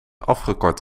afgekort